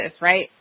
right